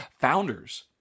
Founders